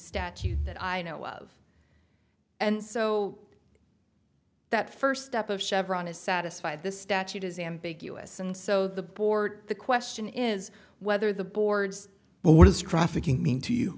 statute that i know of and so that first step of chevron is satisfied the statute is ambiguous and so the board the question is whether the board's but what is trafficking mean to